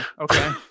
okay